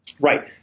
Right